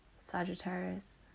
sagittarius